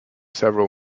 several